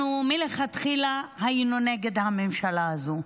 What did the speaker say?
אנחנו מלכתחילה היינו נגד הממשלה הזאת.